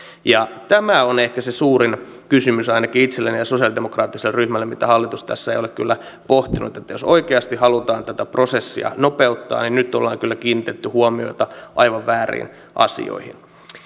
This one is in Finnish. tämä on ehkä se suurin kysymys ainakin itselläni ja sosialidemokraattisella ryhmällä mitä hallitus tässä ei ole kyllä pohtinut jos oikeasti halutaan tätä prosessia nopeuttaa niin nyt ollaan kyllä kiinnitetty huomiota aivan vääriin asioihin